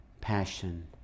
passion